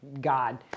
God